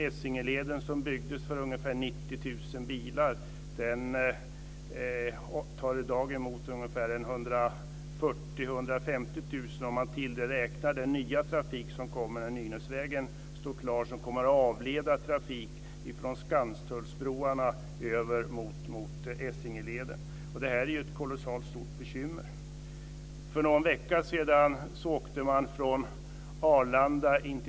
Essingeleden byggdes för ca 90 000 bilar per dygn, men tar i dag emot 140 000 150 000 bilar per dygn, om man till detta räknar den nya trafik som tillkommer när Nynäsleden står klar och som ska avleda trafik från Skanstullsbroarna mot Essingeleden. Det är ett kolossalt stort bekymmer.